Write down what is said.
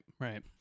Right